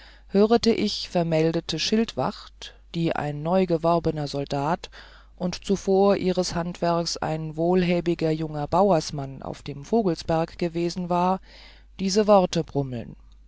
hörete ich ermeldte schildwacht die ein neugeworbener soldat und zuvor ihres handwerks ein wohlhäbiger junger baursmann auf dem vogelsberg gewesen war diese wort